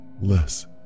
less